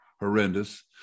horrendous